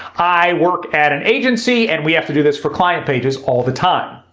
i work at an agency and we have to do this for client pages all the time.